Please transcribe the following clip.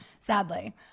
sadly